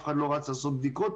אף אחד לא רץ לעשות בדיקות.